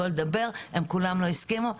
הם כולם לא הסכימו מפחד.